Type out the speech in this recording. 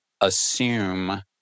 assume